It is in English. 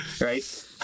right